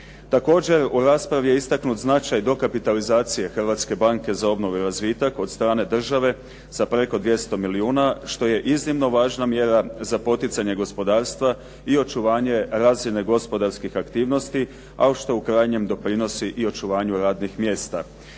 Također, u raspravi je istaknut značaj dokapitalizacije Hrvatske banke za obnovu i razvitak od strane države sa preko 200 milijuna što je iznimno važna mjera za poticanje gospodarstva i očuvanje razine gospodarskih aktivnosti a u što krajnjem doprinosi i očuvanju radnih mjesta.